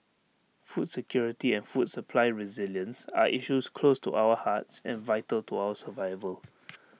food security and food supply resilience are issues close to our hearts and vital to our survival